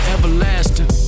Everlasting